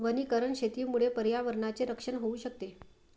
वनीकरण शेतीमुळे पर्यावरणाचे रक्षण होऊ शकते